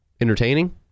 entertaining